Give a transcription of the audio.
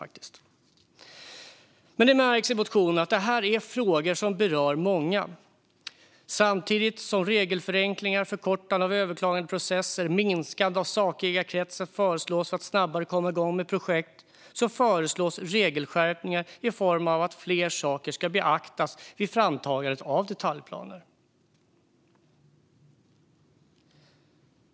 Det märks i motionerna att dessa frågor berör många. Samtidigt som regelförenklingar, förkortande av överklagandeprocessen och minskning av sakägarkretsen föreslås för att man snabbare ska komma igång med projekt föreslås också regelskärpningar i form av att fler saker ska beaktas vid framtagandet av detaljplaner.